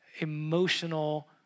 emotional